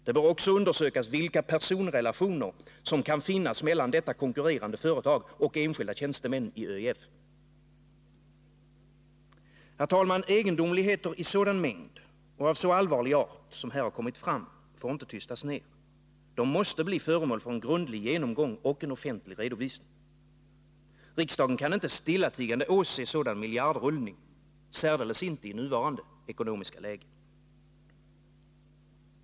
Det bör också undersökas vilka personrelationer som kan finnas mellan detta konkurrerande företag och enskilda tjänstemän i ÖEF. Herr talman! Egendomligheter i sådan mängd och av så allvarlig art som här kommit fram får inte tystas ned. De måste bli föremål för en grundlig genomgång och offentlig redovisning. Riksdagen kan inte stillatigande åse sådan miljardrullning, särdeles inte i nuvarande ekonomiska läge.